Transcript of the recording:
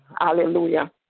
Hallelujah